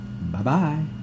Bye-bye